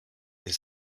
his